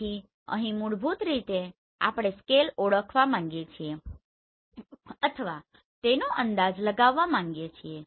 તેથી અહીં મૂળભૂત રૂપે આપણે સ્કેલ ઓળખવા માંગીએ છીએ અથવા તેનો અંદાજ લગાવવા માંગીએ છીએ